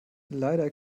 leider